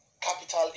capital